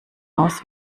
aus